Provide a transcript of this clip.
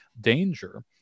danger